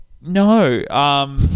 No